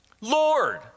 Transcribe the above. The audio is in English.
Lord